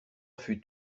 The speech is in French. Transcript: fut